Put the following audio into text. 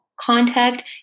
contact